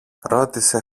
ρώτησε